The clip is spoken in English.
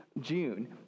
June